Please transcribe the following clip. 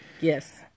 Yes